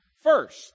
first